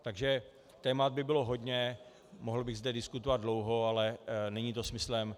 Takže témat by bylo hodně, mohl bych zde diskutovat dlouho, ale není to smyslem.